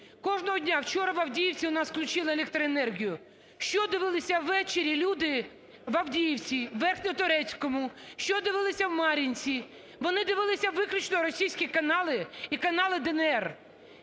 Кожного дня, вчора в Авдіївці у нас включили електроенергію. Що дивилися ввечері люди в Авдіївці, в Верхньоторецькому? Що дивилися в Мар'янці? Вони дивилися виключно російські канали і канали ДНР.